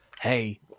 hey